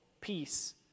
peace